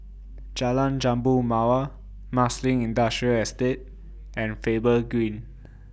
Jalan Jambu Mawar Marsiling Industrial Estate and Faber Green